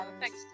thanks